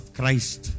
Christ